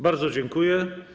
Bardzo dziękuję.